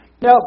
Now